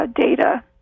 data